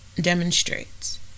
demonstrates